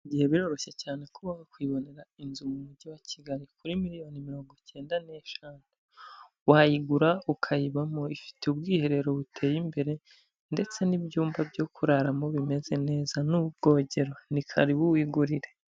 Biroroshye cyane kuba wakwibonera inzu mu Mujyi wa Kigali kuri miliyoni mirongo icyenda n'eshanu; wayigura ukayibamo ifite ubwiherero buteye imbere ndetse n'ibyumba byo kuraramo bimeze neza n'ubwogero, ni karibu wigurire.